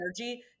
energy